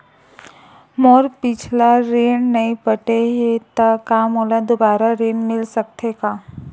मोर पिछला ऋण नइ पटे हे त का मोला दुबारा ऋण मिल सकथे का?